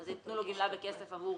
אז ייתנו לו גמלה בכסף עבור